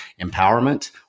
empowerment